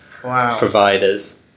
providers